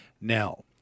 Now